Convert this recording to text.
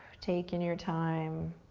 taking your time.